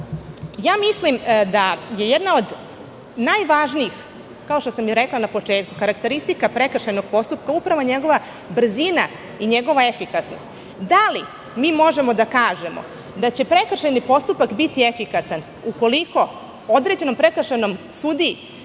mislim da je jedna od najvažnijih, kao što sam i rekla na početku, karakteristika prekršajnog postupka upravo njegova brzina i njegovaefikasnost. Da li mi možemo da kažemo da će prekršajni postupak biti efikasan ukoliko određenom prekršajnom sudiji